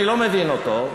שאני לא מבין אותו.